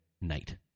night